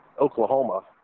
Oklahoma